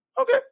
Okay